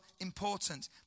important